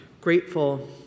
grateful